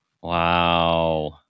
Wow